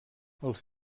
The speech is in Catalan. els